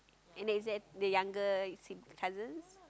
and then is that the younger sib~ cousins